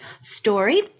story